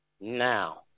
now